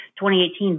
2018